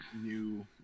new